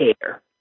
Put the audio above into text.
care